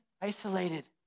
isolated